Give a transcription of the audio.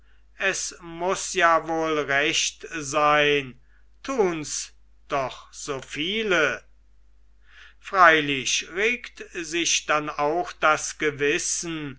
es muß ja wohl recht sein tuns doch so viele freilich regt sich dann auch das gewissen